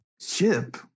Ship